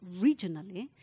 regionally